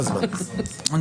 תעשה סדר בבקשה,